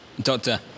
Doctor